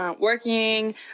working